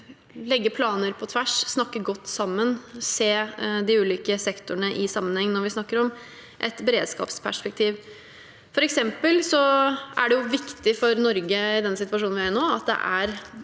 legge planer på tvers, snakke godt sammen og se de ulike sektorene i sammenheng når vi snakker om et beredskapsperspektiv. For eksempel er det viktig for Norge i den situasjonen vi er i nå, at det er